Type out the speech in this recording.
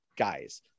guys